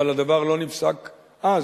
אבל הדבר לא נפסק אז,